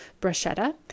bruschetta